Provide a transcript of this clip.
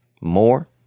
More